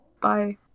bye